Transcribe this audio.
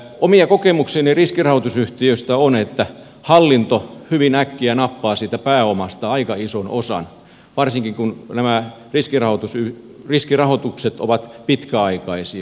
omia kokemuksiani riskirahoitusyhtiöistä on että hallinto hyvin äkkiä nappaa siitä pääomasta aika ison osan varsinkin kun nämä riskirahoitukset ovat pitkäaikaisia